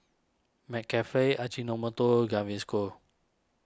McCafe Ajinomoto Gaviscon